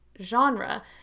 genre